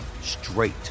straight